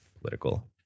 political